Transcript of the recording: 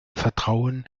vertrauen